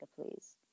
please